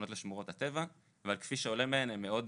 זאת נקודה מאוד-מאוד